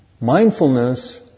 Mindfulness